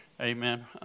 amen